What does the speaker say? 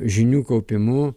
žinių kaupimu